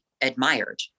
admired